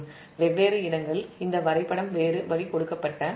ஆனால் நான் எப்போதும் இந்த வழியில் விரும்புகிறேன்